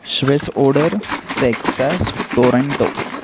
Swiss order Texas Toronto